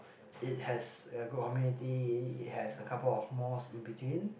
it has uh good amenity it has a couple of mosque in between